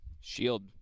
shield